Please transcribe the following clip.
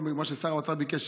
מה ששר האוצר ביקש,